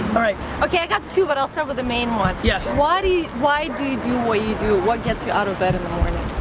alright. okay, i got two, but i'll start with the main one. yes. why do you, why do do what you do? what gets you out of bed in the morning?